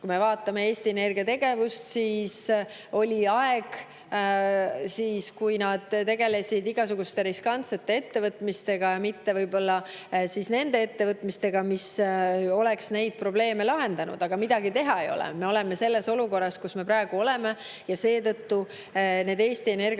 Kui me vaatame Eesti Energia tegevust, siis oli aeg, kui nad tegelesid igasuguste riskantsete ettevõtmistega ja mitte võib-olla ettevõtmistega, mis oleks neid probleeme lahendanud. Aga midagi teha ei ole. Me oleme selles olukorras, kus me praegu oleme. Seetõttu on Eesti Energia